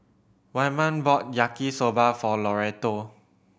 Wyman bought Yaki Soba for Loretto